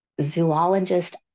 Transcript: Zoologist